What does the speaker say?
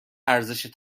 ارزش